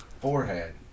forehead